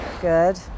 Good